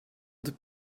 the